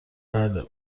بله